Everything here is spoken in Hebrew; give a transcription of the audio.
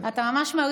אתה ממש מרים לי פה.